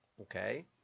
okay